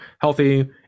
healthy